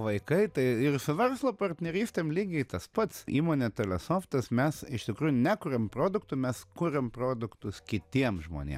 vaikai tai ir su verslo partnerystėm lygiai tas pats įmonė telesoftas mes iš tikrųjų nekuriam produktų mes kuriam produktus kitiem žmonėm